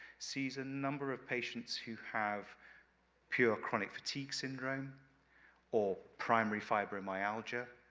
sees a number of patients who have pure chronic fatigue syndrome or primary fibromyalgia,